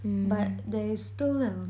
but there is still a